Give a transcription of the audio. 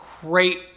great